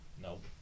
Nope